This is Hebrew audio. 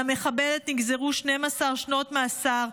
על המחבלת נגזרו 12 שנות מאסר,